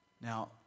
Now